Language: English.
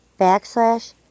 backslash